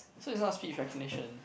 so is not speech recognition